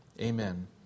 Amen